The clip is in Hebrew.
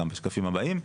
גם בשקפים הבאים.